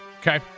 Okay